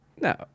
No